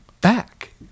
back